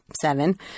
seven